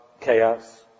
chaos